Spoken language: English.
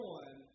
one